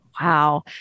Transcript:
Wow